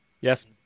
Yes